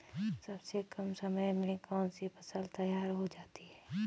सबसे कम समय में कौन सी फसल तैयार हो जाती है?